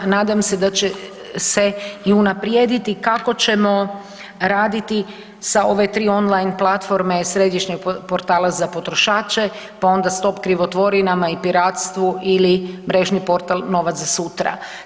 Nadam se da će se i unaprijediti kako ćemo raditi sa ove tri online platforme središnjeg portala za potrošače, pa onda stop krivotvorinama i piratstvu ili mrežni portal novac za sutra.